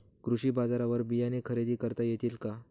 कृषी बाजारवर बियाणे खरेदी करता येतील का?